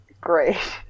Great